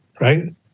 right